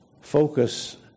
focus